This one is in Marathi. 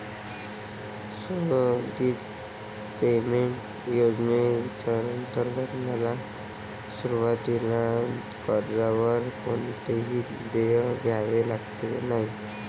स्थगित पेमेंट योजनेंतर्गत मला सुरुवातीला कर्जावर कोणतेही देय द्यावे लागले नाही